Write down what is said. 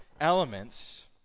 elements